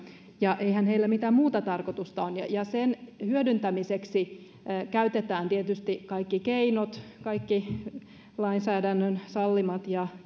eihän heillä mitään muuta tarkoitusta ole ja sen hyödyntämiseksi käytetään tietysti kaikki keinot kaikki lainsäädännön sallimat ja